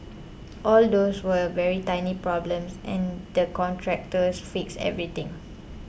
all those were very tiny problems and the contractors fixed everything